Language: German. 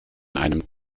einem